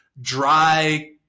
dry